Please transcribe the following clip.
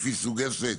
לפי סוג עסק?